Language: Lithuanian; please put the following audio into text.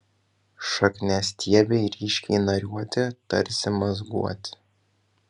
šakniastiebiai ryškiai nariuoti tarsi mazguoti